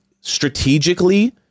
strategically